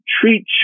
treat